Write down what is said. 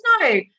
no